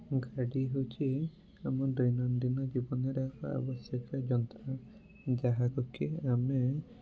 ଗାଡ଼ି ହେଉଛି ଆମ ଦୈନନ୍ଦିନ ଜୀବନର ଏକ ଆବଶ୍ୟକୀୟ ଯନ୍ତ୍ର ଯାହାକୁ କି ଆମେ